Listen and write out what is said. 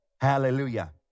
Hallelujah